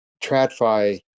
TradFi